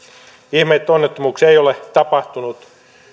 ihme että onnettomuuksia ei ole tapahtunut